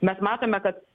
mes matome kad